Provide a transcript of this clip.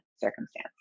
circumstance